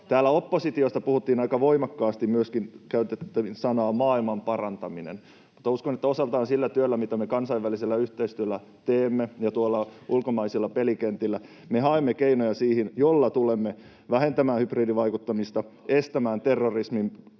Täällä oppositiosta puhuttiin aika voimakkaasti ja käytettiin sanaa ”maailmanparantaminen”, mutta uskon, että osaltaan sillä työllä, mitä me kansainvälisellä yhteistyöllä ja tuolla ulkomaisilla pelikentillä teemme, me haemme keinoja, joilla tulemme vähentämään hybridivaikuttamista, estämään terrorismin